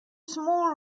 small